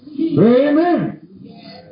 Amen